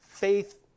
Faith